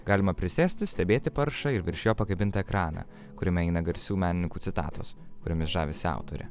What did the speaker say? galima prisėsti stebėti paršą ir virš jo pakabintą ekraną kuriame eina garsių menininkų citatos kuriomis žavisi autorė